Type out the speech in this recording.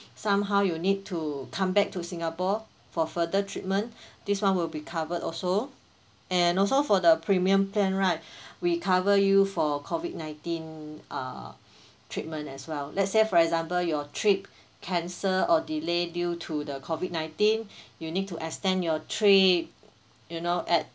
somehow you need to come back to singapore for further treatment this [one] will be covered also and also for the premium plan right we cover you for COVID nineteen uh treatment as well let's say for example your trip cancel or delay due to the COVID nineteen you need to extend your trip you know at